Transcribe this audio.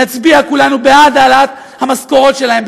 נצביע כולנו בעד העלאת המשכורות שלהם,